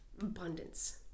abundance